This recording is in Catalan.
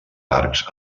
arcs